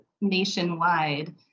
nationwide